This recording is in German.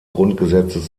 grundgesetzes